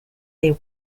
they